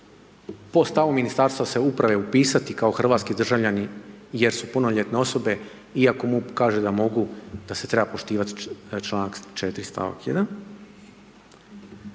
po stavu Ministarstva se uprave upisati kao hrvatski državljani jer su punoljetne osobe iako MUP kaže da mogu, da se treba poštivati članak 4. stavak